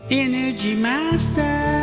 energy master